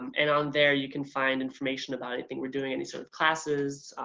and on there you can find information about anything we're doing, any sort of classes,